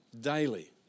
daily